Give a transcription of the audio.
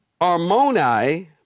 Armoni